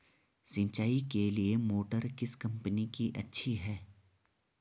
सिंचाई के लिए मोटर किस कंपनी की अच्छी है?